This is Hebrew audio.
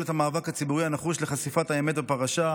את המאבק הציבורי הנחוש לחשיפת האמת בפרשה,